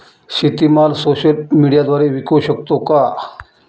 शेतीमाल सोशल मीडियाद्वारे विकू शकतो का?